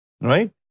right